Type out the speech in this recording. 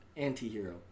Anti-hero